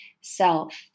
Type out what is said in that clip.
Self